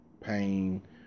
pain